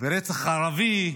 ורצח ערבי,